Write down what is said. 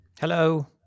Hello